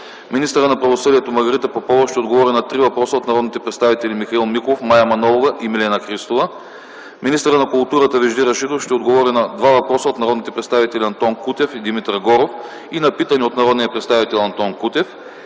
министърът на правосъдието Маргарита Попова ще отговори на три въпроса от народните представители Михаил Миков, Мая Манолова и Милена Христова; - министърът на културата Вежди Рашидов ще отговори на два въпроса от народните представители Антон Кутев и Димитър Горов и на питане от народния представител Антон Кутев;